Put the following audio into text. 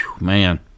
Man